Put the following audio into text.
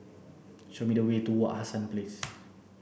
show me the way to Wak Hassan Place